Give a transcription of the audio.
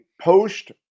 post